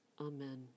Amen